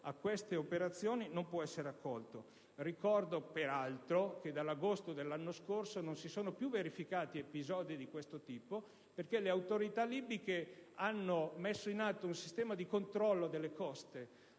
a queste operazioni. Ricordo, peraltro, che dall'agosto dell'anno scorso non si sono più verificati episodi di questo tipo, perché le autorità libiche hanno messo in atto un sistema di controllo delle coste,